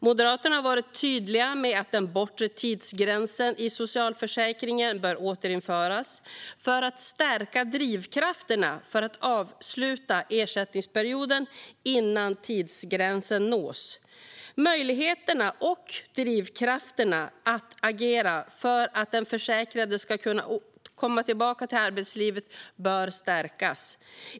Moderaterna har varit tydliga med att den bortre tidsgränsen i sjukförsäkringen bör återinföras för att stärka drivkrafterna att avsluta ersättningsperioden innan tidsgränsen nås. Möjligheterna och drivkrafterna att agera för att den försäkrade ska komma tillbaka till arbetslivet bör stärkas.